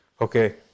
okay